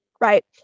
right